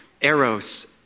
eros